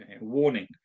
warning